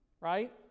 right